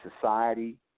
society